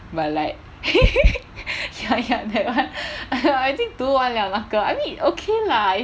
but like ya ya that [one] I think 读完了那个 I mean okay lah